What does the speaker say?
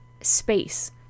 space